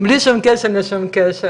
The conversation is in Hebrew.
בלי שום קשר לשום קשר,